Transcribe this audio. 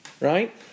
right